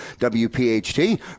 WPHT